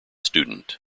student